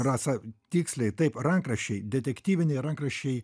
rasa tiksliai taip rankraščiai detektyviniai rankraščiai